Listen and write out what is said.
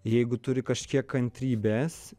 jeigu turi kažkiek kantrybės